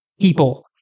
people